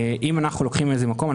אם אנחנו לוקחים מאיזה מקום,